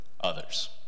others